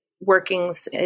workings